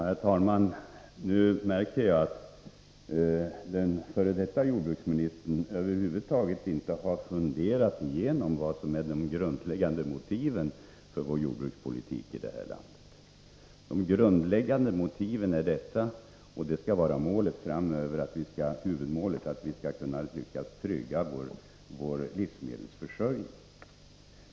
Herr talman! Nu märker jag att f. d. jordbruksministern över huvud taget inte funderat igenom vilka de grundläggande motiven för jordbrukspolitiken i det här landet är. De grundläggande motiven är — och det skall vara huvudmålet framöver — att vi skall kunna trygga vår livsmedelsförsörjning.